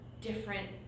different